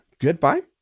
goodbye